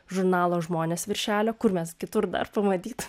žurnalo žmonės viršelio kur mes kitur dar pamatytum